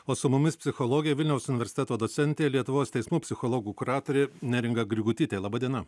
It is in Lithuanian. o su mumis psichologė vilniaus universiteto docentė lietuvos teismų psichologų kuratorė neringa grigutytė laba diena